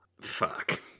fuck